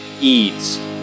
Eads